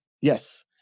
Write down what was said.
yes